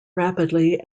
rapidly